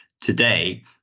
today